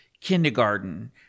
kindergarten